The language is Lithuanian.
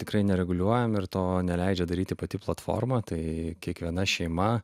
tikrai nereguliuojame ir to neleidžia daryti pati platforma tai kiekviena šeima